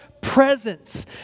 presence